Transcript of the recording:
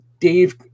Dave